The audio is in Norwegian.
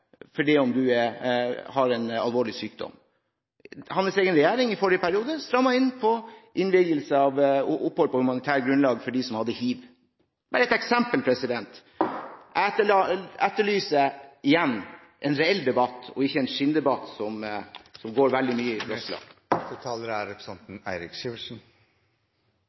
fordi om man har en alvorlig sykdom. Hans egen regjering strammet i forrige periode inn på innvilgelse av opphold på humanitært grunnlag for dem som hadde hiv. Det er bare ett eksempel. Jeg etterlyser igjen en reell debatt og ikke en skinndebatt som går veldig mye i pressen. Ja, det er riktig som flere av talerne har vært inne på, bl.a. representanten